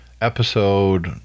episode